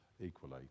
equally